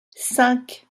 cinq